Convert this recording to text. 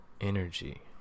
energy